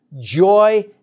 joy